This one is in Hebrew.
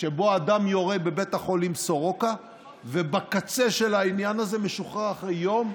שבו אדם יורה בבית החולים סורוקה ובקצה של העניין הזה משוחרר אחרי יום,